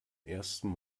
ersten